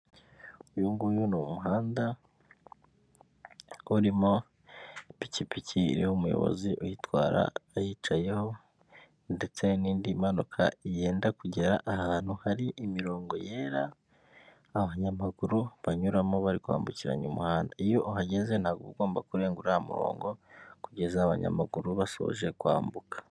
Uyu nguyu ni umuhanda urimo ipikipiki iriho umuyobozi uyitwara ayicayeho ndetse n'indi imanuka yenda kugera ahantu hari imirongo yera, abanyamaguru banyuramo bari kwambukiranya umuhanda, iyo uhageze ntabwo uba ugomba kurenga uriya murongo kugeza abanyamaguru basoje kwambuka.